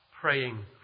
praying